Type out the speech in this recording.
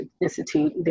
Institute